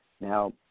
now